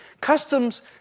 Customs